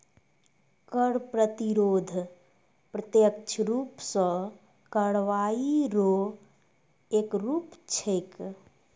कर प्रतिरोध प्रत्यक्ष रूप सं कार्रवाई रो एक रूप छिकै